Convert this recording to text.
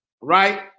right